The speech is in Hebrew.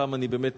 הפעם אני באמת,